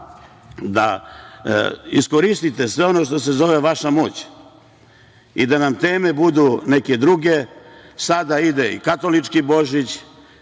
da iskoristite sve ono što se zove vaša moć i da nam teme budu neke druge. Sada ide i katolički Božić,